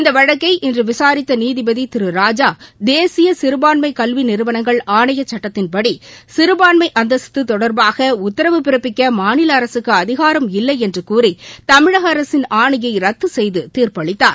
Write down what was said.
இந்த வழக்கை இன்று விசாரித்த நீதிபதி திரு ராஜா தேசிய சிறுபான்மை கல்வி நிறுவனங்கள் ஆணைய சட்டத்தின்படி சிறபான்மை அந்தஸ்து தொடர்பாக உத்தரவு பிறப்பிக்க மாநில அரகக்கு அதிகாரம் இல்லை என்று கூறி தமிழக அரசின் ஆணையை ரத்து செய்து தீர்ப்பளித்தார்